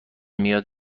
میاد